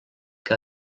que